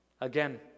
Again